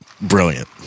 Brilliant